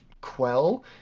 Quell